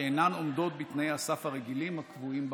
שאינן עומדות בתנאי הסף הרגילים הקבועים בחוק.